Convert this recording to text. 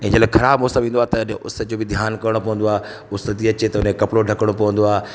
हिनजे लाइ ख़राबु मौसम ईंदो आहे त उस जो बि ध्यानु करिणो पवंदो आहे उस थी अचे त कपिड़ो ढकणो पवंदो आहे